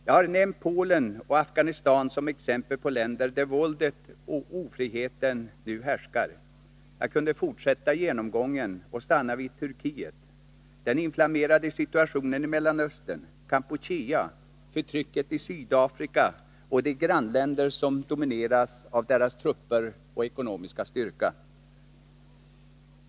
Jag har nämnt Polen och Afghanistan som exempel på länder där våldet och ofriheten nu härskar. Jag kunde fortsätta genomgången och stanna vid Turkiet, den inflammerade situationen i Mellanöstern, Kampuchea, förtrycket i Sydafrika och de grannländer som domineras av deras trupper och ekonomiska styrka.